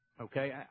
Okay